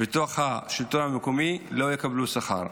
בתוך השלטון המקומי לא יקבלו שכר.